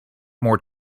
more